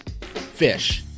fish